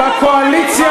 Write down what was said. בבכיינות,